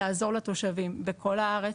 לעזור לתושבים בכל הארץ,